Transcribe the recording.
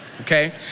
okay